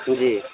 جی